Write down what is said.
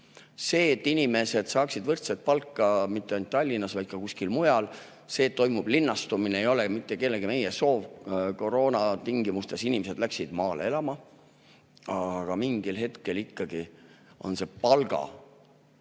see, et inimesed saaksid võrdset palka mitte ainult Tallinnas, vaid ka kuskil mujal. See, et toimub linnastumine, ei ole mitte kellegi meie soov. Koroonatingimustes inimesed läksid maale elama. Aga mingil hetkel ikkagi on palgalõhe